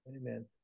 Amen